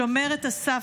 במקום לשמש שומרת הסף,